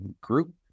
group